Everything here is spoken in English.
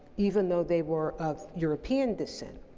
even though they were of european descent.